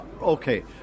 okay